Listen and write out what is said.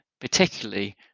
particularly